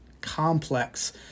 complex